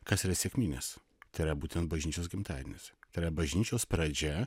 kas yra sekminės tai yra būtent bažnyčios gimtadienis tai yra bažnyčios pradžia